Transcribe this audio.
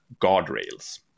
guardrails